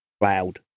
Cloud